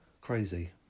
Crazy